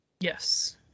yes